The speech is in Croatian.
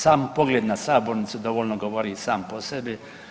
Sam pogled na sabornicu dovoljno govori i sam po sebi.